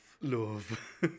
Love